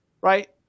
right